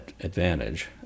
advantage